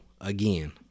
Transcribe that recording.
again